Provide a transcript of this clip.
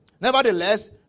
Nevertheless